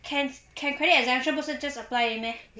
cans can credit exemption 不是 just apply 而已 meh